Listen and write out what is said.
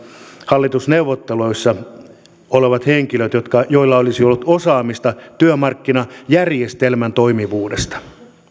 hallitusneuvotteluissa olevat henkilöt joilla olisi ollut osaamista työmarkkinajärjestelmän toimivuudesta